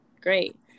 great